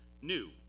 new